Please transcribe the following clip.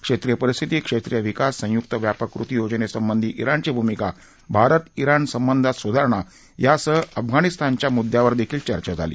क्षेत्रिय परिस्थिती क्षेत्रिय विकास संयुक व्यापक कृती योजनेसंबंधी जेणची भूमिका भारत जेण संबंधात सुधारणा यासह अफगाणिस्तानच्या मुद्यांवरदेखील चर्चा झाली